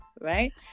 right